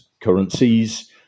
currencies